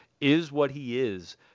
is-what-he-is